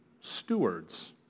stewards